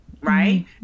Right